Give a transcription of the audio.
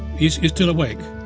you so you still awake?